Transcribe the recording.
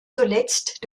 zuletzt